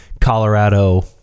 Colorado